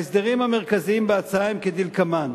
ההסדרים המרכזיים בהצעה הם כדלקמן: